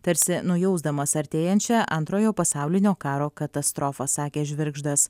tarsi nujausdamas artėjančią antrojo pasaulinio karo katastrofą sakė žvirgždas